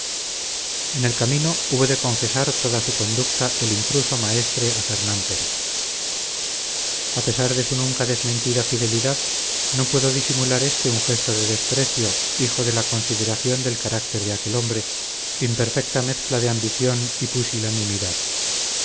en el camino hubo de confesar toda su conducta el intruso maestre a fernán pérez a pesar de su nunca desmentida fidelidad no pudo disimular éste un gesto de desprecio hijo de la consideración del carácter de aquel hombre imperfecta mezcla de ambición y pusilanimidad